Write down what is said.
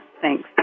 Thanks